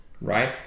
right